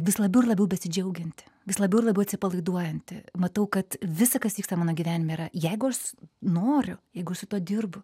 vis labiau ir labiau besidžiaugianti vis labiau ir labiau atsipalaiduojanti matau kad visa kas vyksta mano gyvenime yra jeigu aš noriu jeigu aš su tuo dirbu